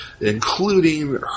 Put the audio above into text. including